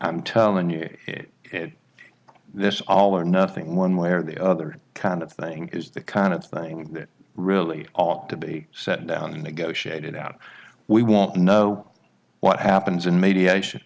i'm telling you this all or nothing one way or the other kind of thing is the kind of thing that really ought to be set down negotiated out we won't know what happens in mediation